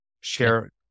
share